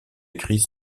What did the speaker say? écrits